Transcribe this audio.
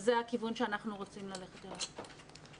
וזה הכיוון שאנחנו רוצים ללכת אליו.